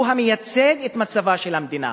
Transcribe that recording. הוא המייצג את מצבה של המדינה.